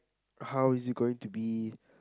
how is he going to be